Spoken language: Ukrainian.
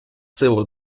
силу